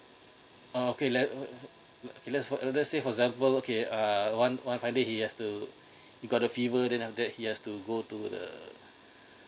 uh okay let uh let's let's say for example okay uh one one fine day he has to he got the fever that he has to go to the